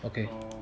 okay